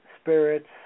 spirits